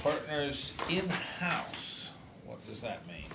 partners in what does that mean